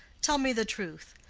tell me the truth.